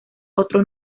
otros